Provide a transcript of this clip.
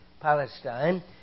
Palestine